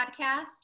podcast